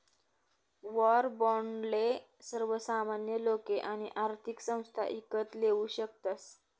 war बाॅन्डले सर्वसामान्य लोके आणि आर्थिक संस्था ईकत लेवू शकतस